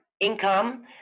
income